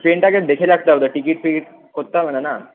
ট্রেনটা আগে দেখে রাখতে হবে টিকিট ফিকিট করতে হবে না না